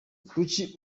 kuki